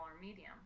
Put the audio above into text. medium